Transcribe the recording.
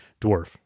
dwarf